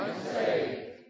saved